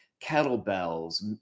kettlebells